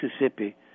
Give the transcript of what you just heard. Mississippi